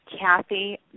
Kathy